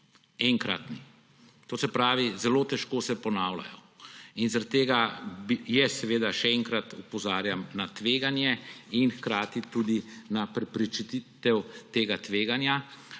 enkratni, to se pravi, zelo težko se ponavljajo. Zaradi tega še enkrat opozarjam na tveganje in hkrati tudi na preprečitev tega tveganja.